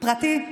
פרטי.